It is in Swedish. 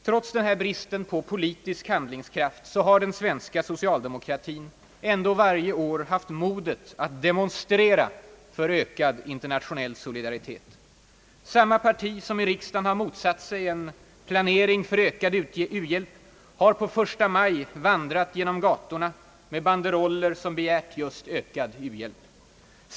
Trots denna brist på politisk handlingskraft har den svenska socialdemokratin ändå varje år haft modet att demonstrera för ökad internationell solidaritet. Samma parti som i riksdagen har motsatt sig en planering för ökad u-hjälp har på 1 maj vandrat genom gatorna med banderoller som begärt just ökad u-hjälp.